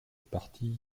parti